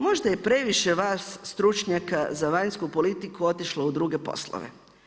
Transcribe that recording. Možda je previše vas stručnjaka za vanjsku politiku otišlo u druge poslove.